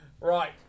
Right